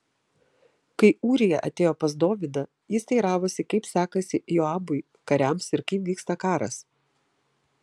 kai ūrija atėjo pas dovydą jis teiravosi kaip sekasi joabui kariams ir kaip vyksta karas